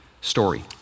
story